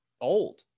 old